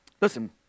Listen